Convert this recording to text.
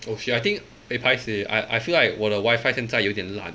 oh shit I think eh paiseh I I feel like 我的 wifi 现在有一点烂